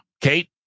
Kate